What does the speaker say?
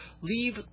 Leave